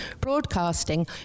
broadcasting